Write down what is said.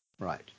Right